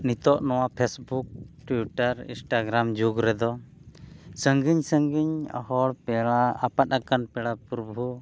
ᱱᱤᱛᱚᱜ ᱱᱚᱣᱟ Facebook Twitter Instagram ᱡᱩᱜᱽ ᱨᱮᱫᱚ ᱥᱟᱺᱜᱤᱧ ᱥᱟᱺᱜᱤᱧ ᱦᱚᱲ ᱯᱮᱲᱟ ᱟᱯᱟᱫ ᱟᱠᱟᱱ ᱯᱮᱲᱟ ᱯᱨᱚᱵᱷᱩ